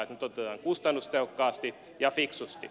että nyt otetaan kustannustehokkaasti ja fiksusti